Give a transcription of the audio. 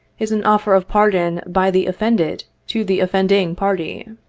is an offer of pardon by the offended to the offending party.